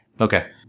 Okay